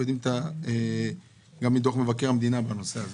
ויודעים את זה גם מדוח מבקר המדינה בנושא.